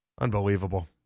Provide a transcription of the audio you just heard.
Unbelievable